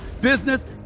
business